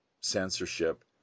censorship